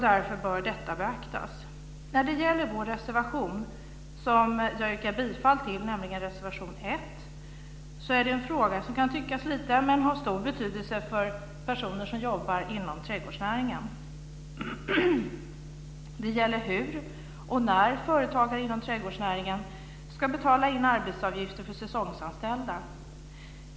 Därför bör detta beaktas. Vår reservation, nr 1, som jag yrkar bifall till, handlar om en fråga som kan tyckas liten men som har stor betydelse för personer som jobbar inom trädgårdsnäringen. Det gäller hur och när företagare inom trädgårdsnäringen ska betala in arbetsgivaravgifter för säsongsanställda.